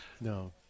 No